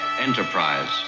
Enterprise